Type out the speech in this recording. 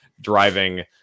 driving